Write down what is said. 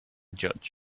judge